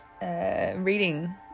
reading